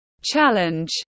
challenge